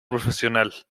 profesional